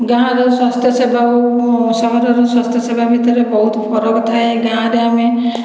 ଗାଁର ସ୍ୱାସ୍ଥ୍ୟ ସେବା ଓ ସହରର ସ୍ୱାସ୍ଥ୍ୟ ସେବା ଭିତରେ ବହୁତ ଫରକ ଥାଏ ଗାଁରେ ଆମେ